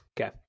okay